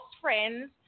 friends